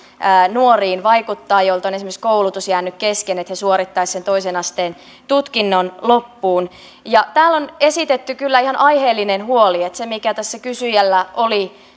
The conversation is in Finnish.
nuoriin joilta on esimerkiksi koulutus jäänyt kesken että he suorittaisivat sen toisen asteen tutkinnon loppuun täällä on esitetty kyllä ihan aiheellinen huoli se mikä tässä kysyjällä oli